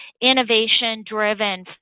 innovation-driven